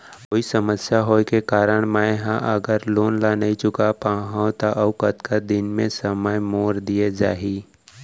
कोई समस्या होये के कारण मैं हा अगर लोन ला नही चुका पाहव त अऊ कतका दिन में समय मोल दीये जाही?